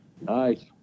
Nice